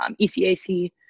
ECAC